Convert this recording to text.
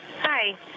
Hi